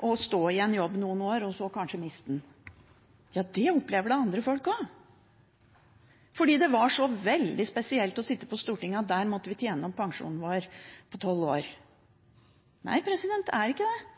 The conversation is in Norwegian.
å stå i en jobb noen år og så kanskje miste den. Ja, det opplever da andre folk også. Det var så veldig spesielt å sitte på Stortinget, at der måtte vi tjene opp pensjonen vår på tolv år. Nei, det er ikke det.